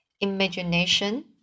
imagination